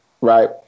Right